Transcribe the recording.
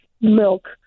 milk